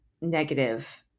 negative